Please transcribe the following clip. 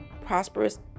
prosperous